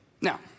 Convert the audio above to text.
Now